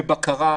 בבקרה.